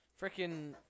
Freaking